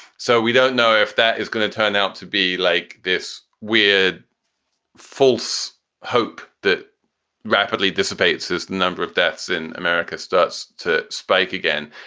so we don't know if that is going to turn out to be like this weird false hope that rapidly dissipates as the number of deaths in america starts to spike again.